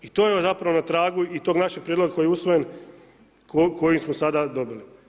I to je zapravo na tragu i tog našeg prijedloga koji je usvojen, kojim smo sada dobili.